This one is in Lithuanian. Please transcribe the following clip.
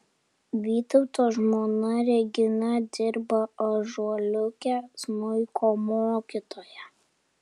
vytauto žmona regina dirba ąžuoliuke smuiko mokytoja